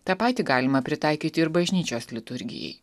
tą patį galima pritaikyti ir bažnyčios liturgijai